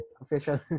official